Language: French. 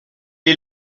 est